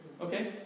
okay